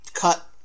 cut